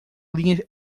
linha